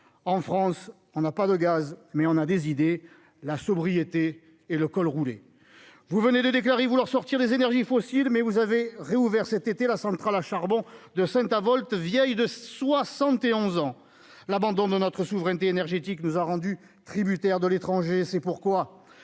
en France, on n'a pas de gaz mais on a des idées, la sobriété et le col roulé, vous venez de déclarer vouloir sortir des énergies fossiles, mais vous avez réouvert cet été la centrale à charbon de Saint-Avold, vieille de 71 ans, l'abandon de notre souveraineté énergétique nous a rendu tributaire de l'étranger, c'est pourquoi,